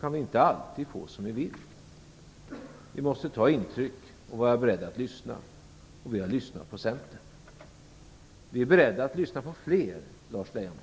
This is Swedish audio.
kan vi inte alltid få som vi vill. Vi måste ta intryck och vara beredda att lyssna. Vi har lyssnat på Centern. Vi är beredda att lyssna på fler partier, Lars Leijonborg.